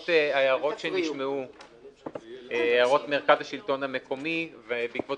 בעקבות הערות מרכז השלטון המקומי ובעקבות